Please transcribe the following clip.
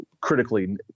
critically